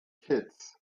kids